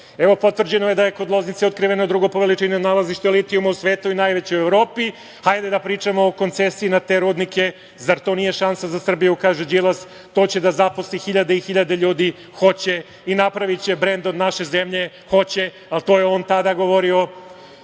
evo, potvrđeno je da je kod Loznice otkriveno drugo po veličini nalazište litijuma u svetu i najveće u Evropi, hajde da pričamo o koncesiji na te rudnike, zar to nije šansa za Srbiju, kaže Đilas, to će da zaposli hiljade i hiljade ljudi, hoće, i napraviće brend od naše zemlje, hoće ali to je on tada govorio.